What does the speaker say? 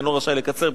אינו רשאי לקצר.